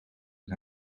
een